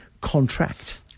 contract